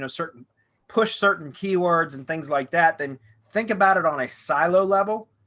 ah certain push certain keywords and things like that, then think about it on a silo level,